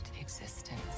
existence